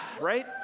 right